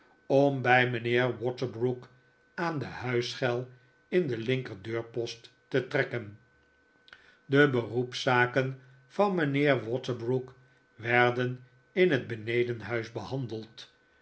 om bij mijnheer waterbrook aan de huisschel in den linker deurpost te trekken de beroepszaken van mijnheer waterbrook werden in het benedenhuis behandeld